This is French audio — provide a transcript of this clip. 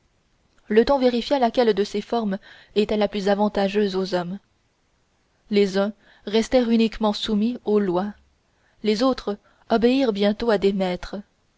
le temps vérifia laquelle de ces formes était la plus avantageuse aux hommes les uns restèrent uniquement soumis aux lois les autres obéirent bientôt à des maîtres